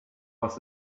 was